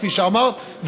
כפי שאמרת,